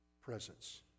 presence